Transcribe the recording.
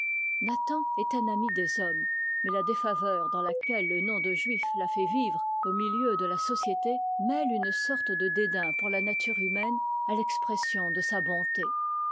est un ami des hommes mais la défaveur dans laquelle le nom de juif l'a fait vivre au milieu de la société mêle une sorte de dédain pour la nature humaine à l'expression de sa bonté